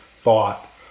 thought